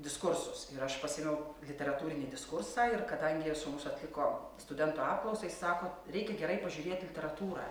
diskursus ir aš pasiėmiau literatūrinį diskursą ir kadangi sūnus atliko studentų apklausą jis sako reikia gerai pažiūrėt literatūrą